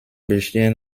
bestehen